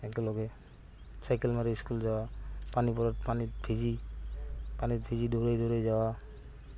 একেলগে চাইকেল মাৰি স্কুল যোৱা পানীবোৰত পানীত ভিজি পানীত ভিজি দৌৰাই দৌৰাই যাৱা